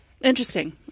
Interesting